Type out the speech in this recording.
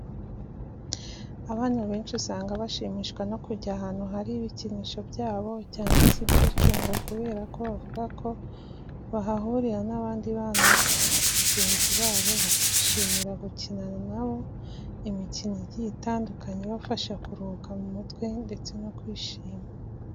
Abana benshi usanga bashimishwa no kujya ahantu hari ibikinisho byabo cyangwa se ibyicungo kubera ko bavuga ko bahahurira n'abandi bana bagenzi babo bakishimira gukinana na bo imikino igiye itandukanye ibafasha kuruhuka mu mutwe ndetse no kwishima.